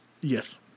Yes